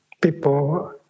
People